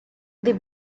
the